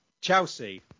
Chelsea